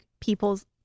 people's